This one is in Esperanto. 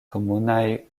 komunaj